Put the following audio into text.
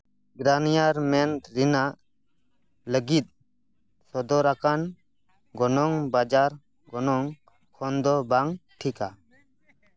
ᱵᱨᱟᱱᱤᱭᱟᱨ ᱢᱮᱱᱴ ᱨᱮᱱᱟᱜ ᱞᱟᱹᱜᱤᱫ ᱥᱚᱫᱚᱨ ᱟᱠᱟᱱ ᱜᱚᱱᱚᱝ ᱵᱟᱡᱟᱨ ᱜᱚᱱᱚᱝ ᱠᱷᱚᱱ ᱫᱚ ᱵᱟᱝ ᱴᱷᱤᱠᱟ